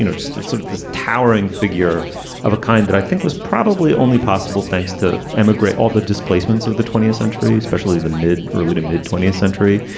you know just sort of this towering figure of a kind that i think was probably only possible thanks to emigrate all the displacements of the twentieth century, especially the mid early to mid twentieth century,